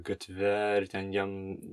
gatve ir ten jam